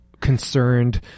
concerned